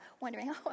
wondering